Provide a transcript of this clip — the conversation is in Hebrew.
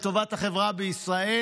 לטובת החברה בישראל: